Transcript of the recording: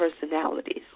personalities